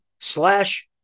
slash